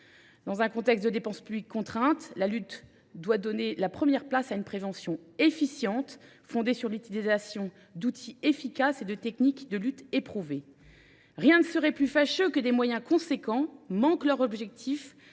Dans un contexte de dépenses publiques contraintes, la lutte doit donner la première place à une prévention efficiente fondée sur l’utilisation d’outils efficaces et de techniques de lutte éprouvées. Rien ne serait plus fâcheux que des moyens substantiels manquent leur objectif